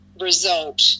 result